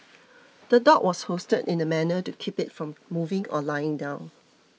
the dog was hoisted in a manner to keep it from moving or lying down